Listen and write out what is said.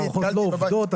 המערכות לא עובדות,